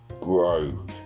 grow